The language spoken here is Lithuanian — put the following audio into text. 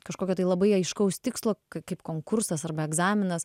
kažkokio tai labai aiškaus tikslo kaip konkursas arba egzaminas